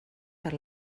per